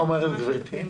מה אומרת גברתי?